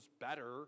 better